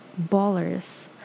ballers